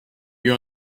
you